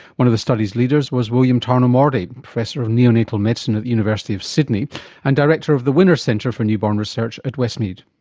one of the study's leaders was william tarnow-mordi, professor of neonatal medicine at the university of sydney and director of the winner centre for newborn research at westmead.